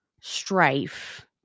strife